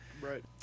Right